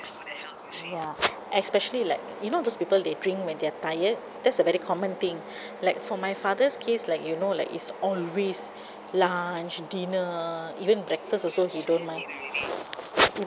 ya especially like you know those people they drink when they're tired that's a very common thing like for my father's case like you know like it's always lunch dinner even breakfast also he don't mind